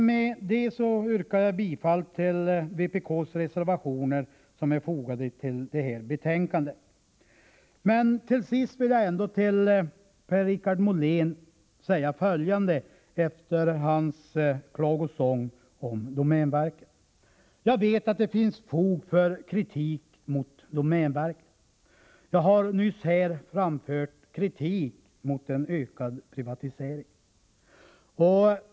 Med detta yrkar jag bifall till vpk:s reservationer som är fogade till näringsutskottets betänkande. Mean till sist vill jag ändå till Per-Richard Molén säga följande, efter hans klagosång om domänverket. Jag vet att det finns fog för kritik mot domänverket. Jag har nyss framfört kritik mot en ökad privatisering.